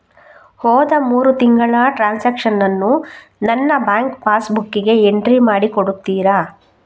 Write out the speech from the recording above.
ಹೋದ ಮೂರು ತಿಂಗಳ ಟ್ರಾನ್ಸಾಕ್ಷನನ್ನು ನನ್ನ ಬ್ಯಾಂಕ್ ಪಾಸ್ ಬುಕ್ಕಿಗೆ ಎಂಟ್ರಿ ಮಾಡಿ ಕೊಡುತ್ತೀರಾ?